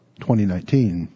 2019